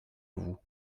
vous